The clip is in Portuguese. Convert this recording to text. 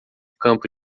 campo